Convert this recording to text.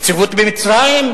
יציבות במצרים,